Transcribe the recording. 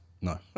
No